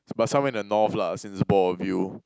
but somewhere in the North lah since both of you